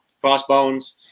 crossbones